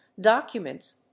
documents